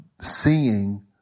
seeing